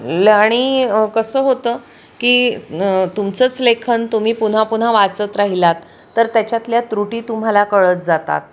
ल आणि कसं होतं की तुमचंच लेखन तुम्ही पुन्हा पुन्हा वाचत राहिलात तर त्याच्यातल्या त्रुटी तुम्हाला कळत जातात